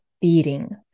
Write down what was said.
beating